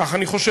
כך אני חושב,